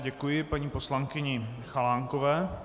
Děkuji paní poslankyni Chalánkové.